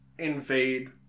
invade